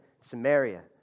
Samaria